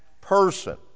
person